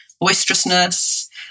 boisterousness